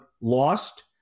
lost